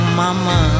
mama